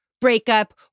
breakup